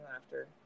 laughter